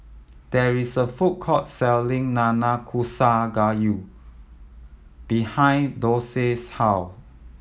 there is a food court selling Nanakusa Gayu behind Dorsey's house